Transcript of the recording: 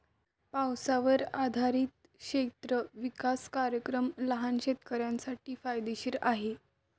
पावसावर आधारित क्षेत्र विकास कार्यक्रम लहान शेतकऱ्यांसाठी फायदेशीर आहे